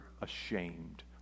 ashamed